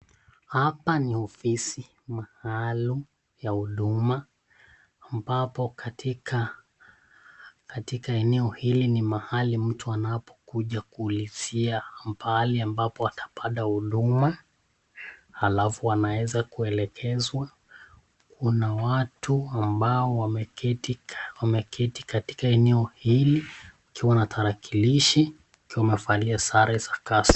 Hapa ni ofisi maalum ya huduma ambapo katika eneo hili ni mahali mtu anapokuja kuulizia ni mahali ambapo atapata huduma alafu anaweza kuelekezwa. Kuna watu ambao wameketi katika eneo hili wakiwa na tarakilishi wakiwa wamevalia sare za kazi.